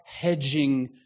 hedging